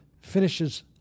finishes